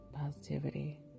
positivity